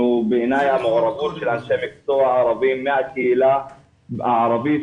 בעיניי המעורבות של אנשי מקצוע ערבים מהקהילה הערבית,